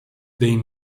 they